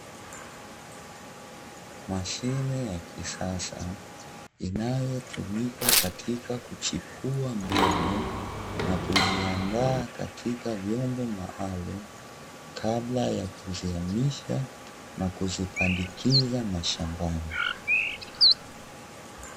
Mashine ya kisasa inayotumika katika kuchipua mbegu, na kuziandaa katika vyombo maalumu, kabla ya kuzihamisha na kuzipandikiza mashambani.